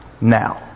now